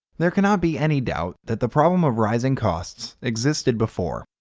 there cannot be any doubt that the problem of rising costs existed before.